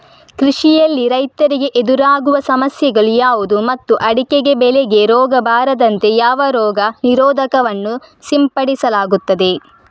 ಕೃಷಿಯಲ್ಲಿ ರೈತರಿಗೆ ಎದುರಾಗುವ ಸಮಸ್ಯೆಗಳು ಯಾವುದು ಮತ್ತು ಅಡಿಕೆ ಬೆಳೆಗೆ ರೋಗ ಬಾರದಂತೆ ಯಾವ ರೋಗ ನಿರೋಧಕ ವನ್ನು ಸಿಂಪಡಿಸಲಾಗುತ್ತದೆ?